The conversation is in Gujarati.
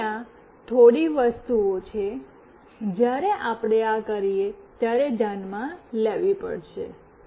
તેથી આ થોડી વસ્તુઓ છે જ્યારે આપણે આ કરીએ ત્યારે ધ્યાનમાં લેવું પડશે